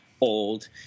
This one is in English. old